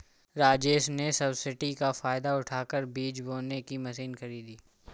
राजेश ने सब्सिडी का फायदा उठाकर बीज बोने की मशीन खरीदी